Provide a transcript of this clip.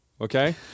okay